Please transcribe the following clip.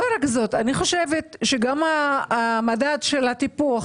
לא רק זאת, אני חושבת שגם המדד של הטיפוח,